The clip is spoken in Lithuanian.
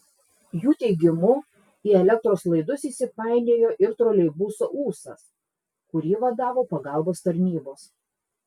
jų teigimu į elektros laidus įsipainiojo ir troleibuso ūsas kurį vadavo pagalbos tarnybos